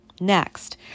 Next